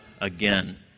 again